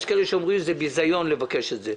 יש מי שאומרים שביזיון לבקש את זה.